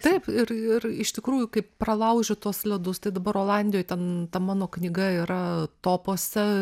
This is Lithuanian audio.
taip ir ir iš tikrųjų kai pralauži tuos ledus tai dabar olandijoj ten ta mano knyga yra topuose